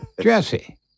Jesse